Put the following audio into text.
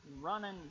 running